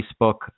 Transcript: Facebook